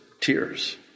tears